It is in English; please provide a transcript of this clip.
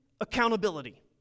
accountability